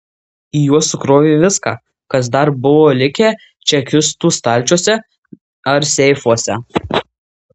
į juos sukrovė viską kas dar buvo likę čekistų stalčiuose ar seifuose